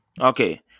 Okay